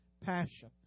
passion